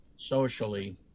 socially